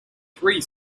three